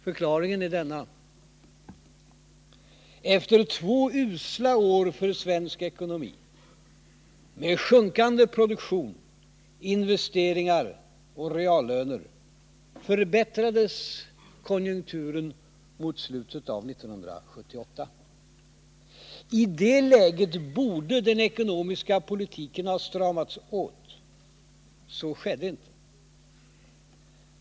Förklaringen är denna: Efter två usla år för svensk ekonomi, med sjunkande produktion, investeringar och reallöner, förbättrades konjunkturen mot slutet av 1978. I det läget borde den ekonomiska politiken ha stramats åt. Så skedde inte.